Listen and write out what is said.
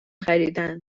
خریدن